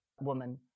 woman